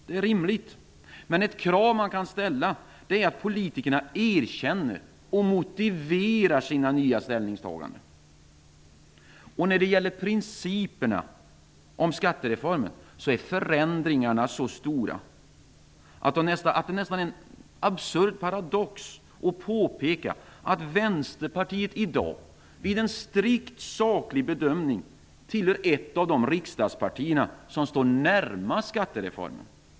Det är rimligt, men ett krav som man kan ställa är att politikerna erkänner och motiverar sina nya ställningsstaganden. När det gäller principerna för skattereformen är förändringarna så stora att det nästan är en absurd paradox att påpeka att Vänsterpartiet i dag, vid en strikt saklig bedömning, tillhör ett av de riksdagspartier som står närmast skattereformen.